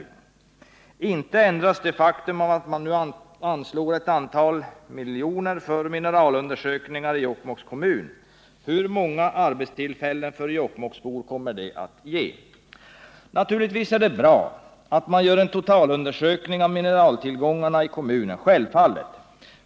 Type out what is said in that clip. Inte ändras detta faktum av att det anslås ett antal miljoner för mineralundersökningar i Jokkmokks kommun. Hur många arbetstillfällen för Jokkmokksbor kommer det att ge? Naturligtvis är det bra att man gör en totalundersökning av mineraltillgångarna i kommunen.